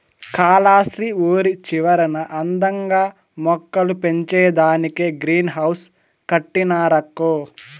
కాలస్త్రి ఊరి చివరన అందంగా మొక్కలు పెంచేదానికే గ్రీన్ హౌస్ కట్టినారక్కో